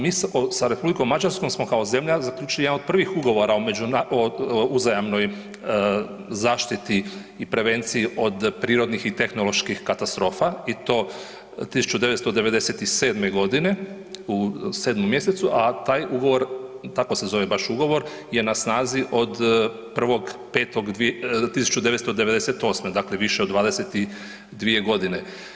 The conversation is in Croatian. Mi sa R. Mađarskom smo kao zemlja zaključili jedan od prvih ugovora o .../nerazumljivo/... o uzajamnoj zaštiti i prevenciji od prirodnih i tehnoloških katastrofa i to 1997. g. u 7. mj., a taj ugovor, tako se zove baš ugovor je na snazi od 1.5.1998., dakle više od 22 godine.